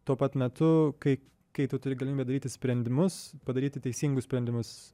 tuo pat metu kai kai tu turi galimybę daryti sprendimus padaryti teisingus sprendimus